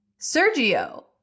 Sergio